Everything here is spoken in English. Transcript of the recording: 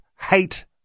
hate